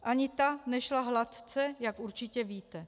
Ani ta nešla hladce, jak určitě víte.